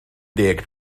deg